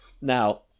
Now